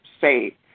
say